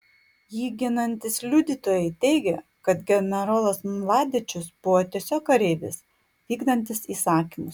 jį ginantys liudytojai teigia kad generolas mladičius buvo tiesiog kareivis vykdantis įsakymus